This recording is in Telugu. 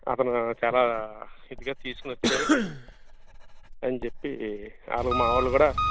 అతను చాలా ఇదిగా తీసుకునోచ్చారు అని చెప్పి ఆళ్ళు మావాళ్ళు కూడా